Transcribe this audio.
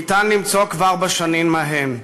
ניתן למצוא כבר בשנים ההן,